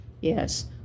Yes